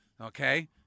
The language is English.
Okay